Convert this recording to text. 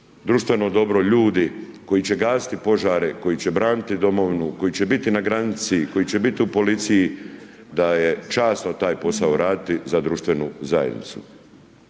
društveno dobro, ljudi koji će gasiti požare, koji će braniti domovinu, koji će biti na granici, koji će biti u policiji, da je časno taj posao raditi za društvenu zajednicu.